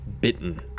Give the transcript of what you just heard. bitten